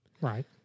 Right